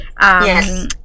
yes